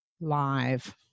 live